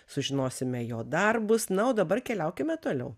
sužinosime jo darbus na o dabar keliaukime toliau